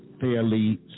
fairly